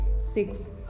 Six